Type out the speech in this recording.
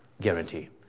guarantee